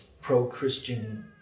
pro-Christian